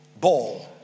Ball